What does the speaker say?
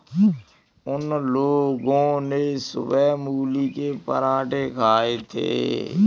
उन लोगो ने सुबह मूली के पराठे खाए थे